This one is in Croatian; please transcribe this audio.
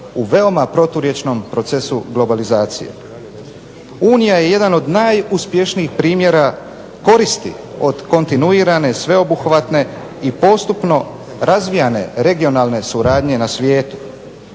u veoma proturječnom procesu globalizacije. Unija je jedan od najuspješnijih primjera koristi od kontinuirane, sveobuhvatne i postupno razvijane regionalne suradnje na svijetu,